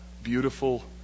beautiful